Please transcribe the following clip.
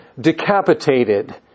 decapitated